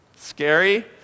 Scary